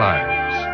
Lives